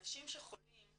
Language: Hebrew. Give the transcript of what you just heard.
אנשים שחולים,